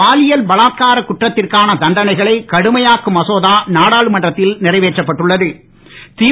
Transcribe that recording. பாலியல் பலாத்கார குற்றத்திற்கான தண்டனைகளை கடுமையாக்கும் மசோதா நாடாளுமன்றத்தில் நிறைவேற்றப்பட்டுள்ள து